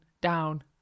down